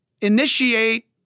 initiate